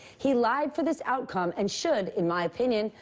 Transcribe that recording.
he lied for this outcome and should, in my opinion,